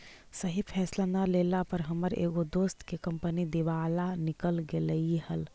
सही फैसला न लेला पर हमर एगो दोस्त के कंपनी के दिवाला निकल गेलई हल